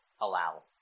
allow